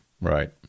Right